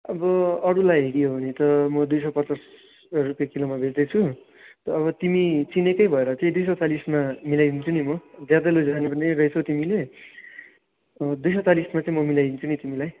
अब अरूलाई हेरी हो भने त म दुई सय पचास रुपियाँ किलोमा बेच्दैछु अब तिमी चिनेकै भएर चाहिँ दुई सय चालिसमा मिलाइदिन्छु नि म ज्यादा लैजाने पनि रहेछौ तिमीले दुई सय चालिसमा चाहिँ म मिलाइदिन्छु नि तिमीलाई